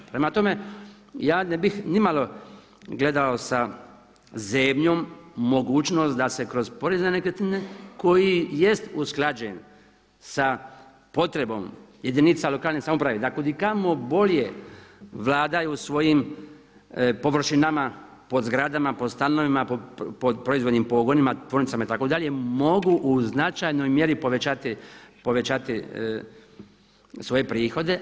Prema tome, ja ne bih nimalo gledao sa zebnjom mogućnost da se kroz porez na nekretnine koji jest usklađen sa potrebom jedinica lokalne samouprave da kudikamo bolje vladaju svojim površinama pod zgradama, po stanovima, pod proizvodnim pogonima, tvornicama itd., mogu u značajnoj mjeri povećati svoje prihode.